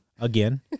Again